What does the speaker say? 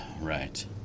Right